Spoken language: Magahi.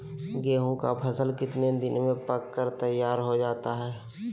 गेंहू के फसल कितने दिन में पक कर तैयार हो जाता है